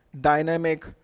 dynamic